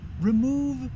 Remove